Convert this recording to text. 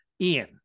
Ian